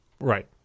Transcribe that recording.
Right